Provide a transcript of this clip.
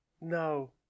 no